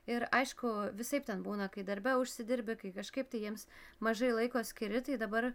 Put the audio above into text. ir aišku visaip ten būna kai darbe užsidirbi kai kažkaip tai jiems mažai laiko skiri tai dabar